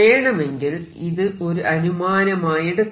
വേണമെങ്കിൽ ഇത് ഒരു അനുമായെടുക്കാം